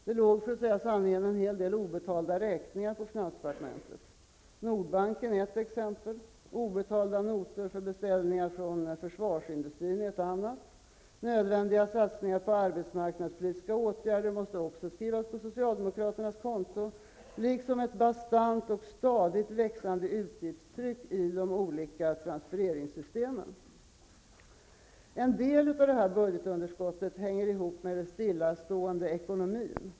Det låg, för att säga sanningen, en hel del obetalda räkningar på finansdepartementet. Nordbanken är ett exempel, obetalda notor för beställningar från försvarsindustrin ett annat. Nödvändiga satsningar på arbetsmarknadspolitiska åtgärder måste också skrivas på socialdemokraternas konto, liksom ett bastant och stadigt växande utgiftstryck i de olika transfereringssystemen. En del av budgetunderskottet hänger ihop med den stillastående ekonomin.